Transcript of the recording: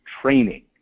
training